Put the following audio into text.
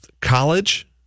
college